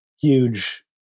huge